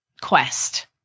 quest